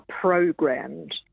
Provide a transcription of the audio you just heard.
programmed